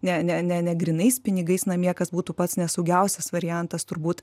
ne ne ne negrynais pinigais namie kas būtų pats nesaugiausias variantas turbūt